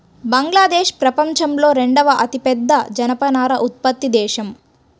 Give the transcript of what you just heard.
బంగ్లాదేశ్ ప్రపంచంలో రెండవ అతిపెద్ద జనపనార ఉత్పత్తి దేశం